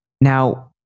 now